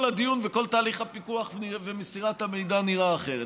כל הדיון וכל תהליך הפיקוח ומסירת המידע נראה אחרת.